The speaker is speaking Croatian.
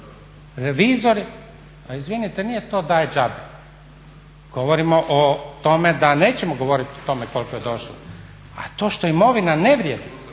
razumije./… A izvinite, nije to da je džabe. Govorimo o tome da nećemo govoriti o tome koliko je došlo. A to što imovina ne vrijedi